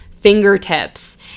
fingertips